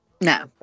No